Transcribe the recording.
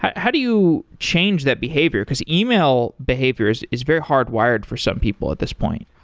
how do you change that behavior, because yeah e-mail behavior is is very hardwired for some people at this point?